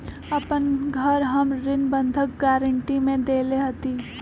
अपन घर हम ऋण बंधक गरान्टी में देले हती